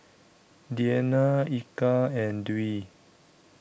Diyana Eka and Dwi